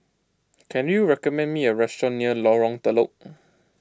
can you recommend me a restaurant near Lorong Telok